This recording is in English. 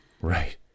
right